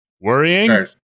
worrying